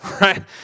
right